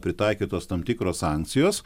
pritaikytos tam tikros sankcijos